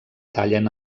tallen